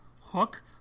hook